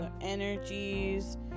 energies